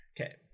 Okay